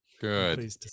Good